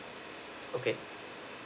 okay